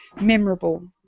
memorable